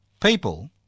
people